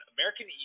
American